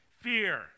fear